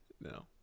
No